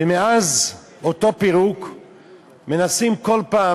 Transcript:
ומאז אותו פירוק מנסים כל פעם,